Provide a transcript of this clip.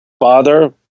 father